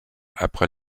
après